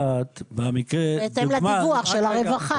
בהתאם לדיווח של הרווחה.